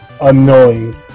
annoying